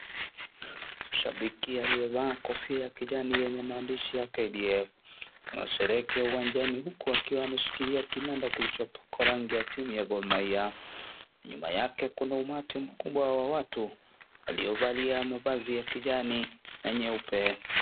Shabiki aliyevaa kofia ya kijani yenye maandishi ya KDF, anasherehekea uwanjani huku akiwa ameshikilia kinanda kilichopakwa rangi ya timu ya GorMahia. Nyuma yake kuna umati mkubwa wa watu waliovalia mavazi ya kijani na nyeupe.